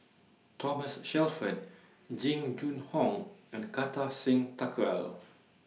Thomas Shelford Jing Jun Hong and Kartar Singh Thakral